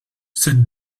cette